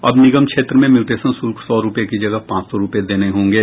अब निगम क्षेत्र में म्यूटेशन शुल्क सौ रूपये की जगह पांच सौ रूपये देने होंगे